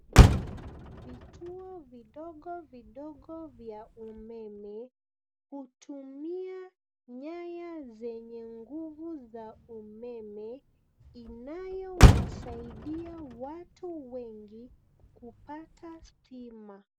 Vituo vidogo vidogo vya umeme, hutumia nyaya zenye nguvu za umeme, inayowasaidia watu wengi ,kupata stima.